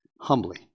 humbly